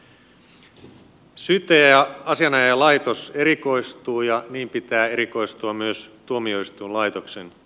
syyttäjä ja asianajajalaitos erikoistuu ja niin pitää erikoistua myös tuomioistuinlaitoksen